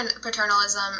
paternalism